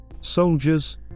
Soldiers